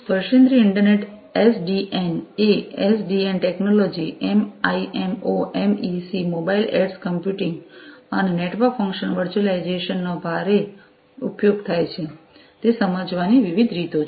સ્પર્શેન્દ્રિય internet SDN એ SDN technology MIMO MEC mobile edge computing અને નેટવર્ક ફંક્શન વર્ચ્યુઅલાઇઝેશન નો ભારે ઉપયોગ થાય છે તે સમજવાની વિવિધ રીતો છે